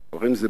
חברים, זו בושה,